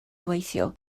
gweithio